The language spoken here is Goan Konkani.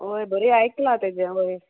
हय बरीं आयकलां तेजें वयर